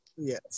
Yes